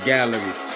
Gallery